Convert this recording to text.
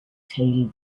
tail